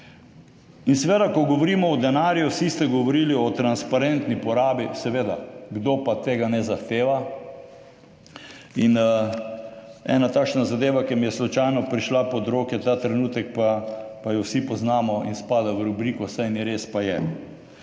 In seveda, ko govorimo o denarju, vsi ste govorili o transparentni porabi. Seveda, kdo pa tega ne zahteva? In ena takšna zadeva, ki mi je slučajno prišla pod roke ta trenutek, pa jo vsi poznamo in spada v rubriko Saj ni res, pa je.